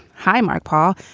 highmark paul,